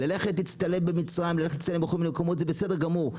ללכת להצטלם במצרים וללכת להצטלם בכל מיני מקומות זה בסדר גמור,